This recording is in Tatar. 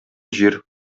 җир